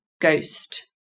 ghost